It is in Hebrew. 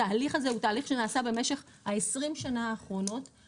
התהליך הזה נעשה במשך 20 השנים האחרונות,